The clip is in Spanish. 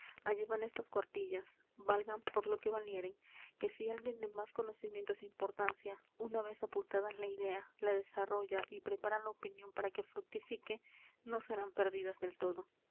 allá van estas cuartillas valgan por lo que valieren que si alguien de más conocimientos é importancia una vez apuntada la idea la desarrolla y prepara la opinión para que fructifique no serán perdidas del todo